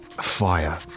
Fire